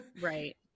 Right